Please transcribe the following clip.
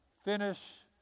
finish